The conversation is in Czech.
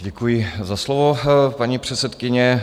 Děkuji za slovo, paní předsedkyně.